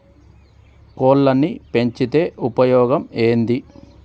కోళ్లని పెంచితే ఉపయోగం ఏంది?